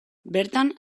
bertan